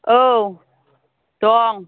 औ दं